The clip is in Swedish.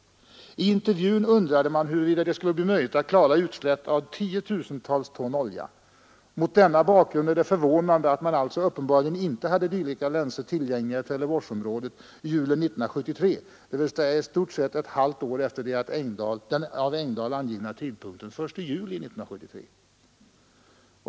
I intervjun tillfrågades han huruvida det skulle bli möjligt att klara utsläpp av tiotusentals ton olja. Mot denna bakgrund är det förvånande att det uppenbarligen inte fanns dylika länsor tillgängliga i Trelleborgsområdet julen 1973, dvs. i stort sett ett halvt år efter den av Engdahl angivna tidpunkten, den 1 juli 1973.